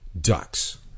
Ducks